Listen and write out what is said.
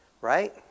Right